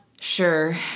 Sure